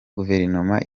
guverinoma